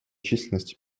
численности